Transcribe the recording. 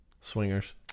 swingers